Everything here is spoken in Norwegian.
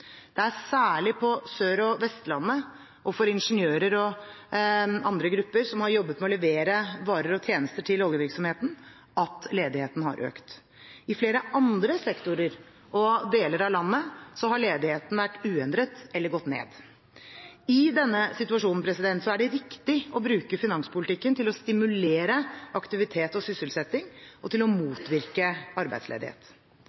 Det er særlig på Sør- og Vestlandet og for ingeniører og andre grupper som har jobbet med å levere varer og tjenester til oljevirksomheten, at ledigheten har økt. I flere andre sektorer og deler av landet har ledigheten vært uendret eller gått ned. I denne situasjonen er det riktig å bruke finanspolitikken til å stimulere aktivitet og sysselsetting og til å motvirke arbeidsledighet.